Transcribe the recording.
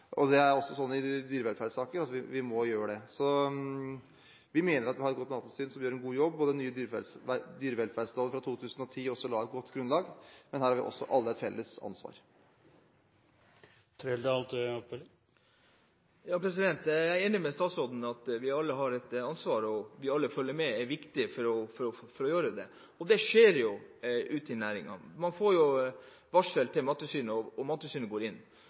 det: Vi må også stole på nabokjerringa. Og slik er det også i dyrevelferdssaker. Så vi mener at vi har et godt mattilsyn som gjør en god jobb, og at den nye dyrevelferdsloven fra 2010 også la et godt grunnlag, men her har vi alle et felles ansvar. Jeg er enig med statsråden i at vi alle har et ansvar, og at det er viktig at vi alle følger med. Og dette skjer jo ute i næringene: Man får varsel til Mattilsynet, og Mattilsynet går inn. Men når Mattilsynet går inn